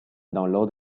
download